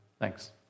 Thanks